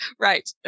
right